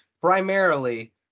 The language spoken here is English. primarily